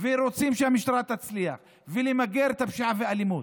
ורוצים שהמשטרה תצליח למגר את הפשיעה והאלימות,